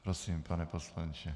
Prosím, pane poslanče.